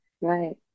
Right